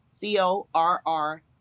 C-O-R-R